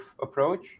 approach